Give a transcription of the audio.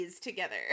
together